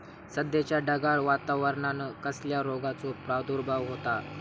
सध्याच्या ढगाळ वातावरणान कसल्या रोगाचो प्रादुर्भाव होता?